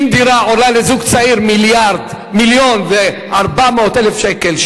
אם דירה עולה לזוג צעיר מיליון ו-400,000 שקל,